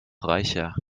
reicher